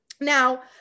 Now